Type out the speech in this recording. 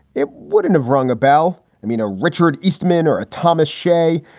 it wouldn't have rung a bell. i mean, richard eastman or thomas shea,